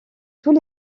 tous